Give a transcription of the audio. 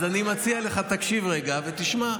אז אני מציע לך, תקשיב רגע ותשמע.